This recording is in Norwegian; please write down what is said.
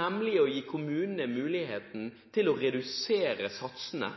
nemlig å gi kommunene mulighet til å redusere satsene